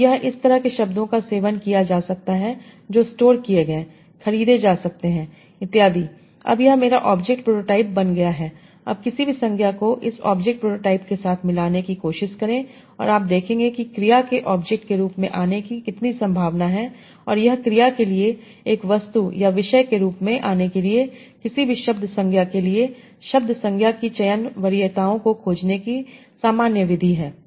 तो यह इस तरह के शब्दों का सेवन किया जा सकता है जो स्टोर किए गए खरीदे जा सकते हैंइत्यादि अब यह मेरा ऑब्जेक्ट प्रोटोटाइप बन गया है अब किसी भी संज्ञा को इस ऑब्जेक्ट प्रोटोटाइप के साथ मिलाने की कोशिश करें और आप देखेंगे कि क्रिया के ऑब्जेक्ट के रूप में आने की कितनी संभावना है और यह क्रिया के लिए एक वस्तु या विषय के रूप में आने के लिए किसी भी शब्द संज्ञा के लिए शब्द संज्ञा की चयन वरीयताओं को खोजने की सामान्य विधि है